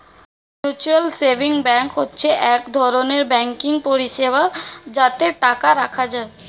mutual savings bank হচ্ছে এক ধরনের ব্যাঙ্কিং পরিষেবা যাতে টাকা রাখা যায়